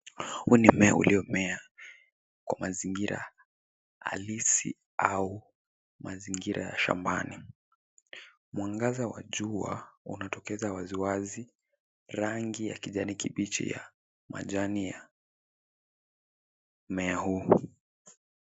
Huu ni mmea uliomea kwa mazingira halisi au mazingira ya shambani. Mwangaza wa jua unatokeza waziwazi rangi ya kijani kibichi ya majani ya mmea huu.